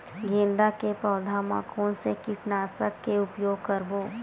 गेंदा के पौधा म कोन से कीटनाशक के उपयोग करबो?